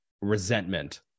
resentment